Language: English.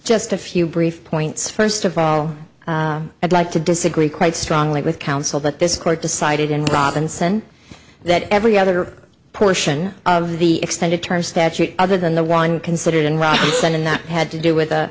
just a few brief points first of all i'd like to disagree quite strongly with counsel that this court decided in robinson that every other portion of the extended term statute other than the one considered in robinson and that had to do with